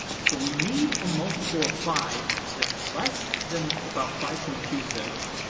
so we need a multiple of five that's less than about five point two six,